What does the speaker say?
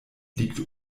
liegt